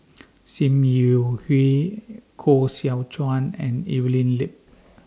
SIM Yi Hui Koh Seow Chuan and Evelyn Lip